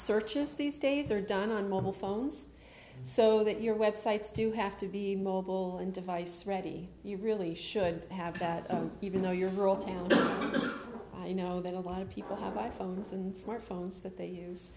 searches these days are done on mobile phones so that your websites do have to be mobile and device ready you really should have that even though your rural town you know that a lot of people have i phones and smartphones that they use